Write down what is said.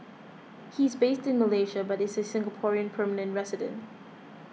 he is based in Malaysia but is a Singapore permanent resident